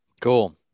Cool